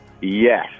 Yes